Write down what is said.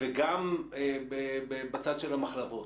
וגם בצד של המחלבות.